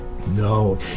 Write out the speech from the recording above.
No